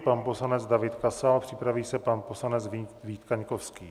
Pan poslanec David Kasal, připraví se pan poslanec Vít Kaňkovský.